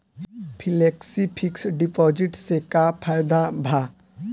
Flexi fix deposit से का फायदा भा?